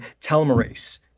telomerase